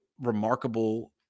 remarkable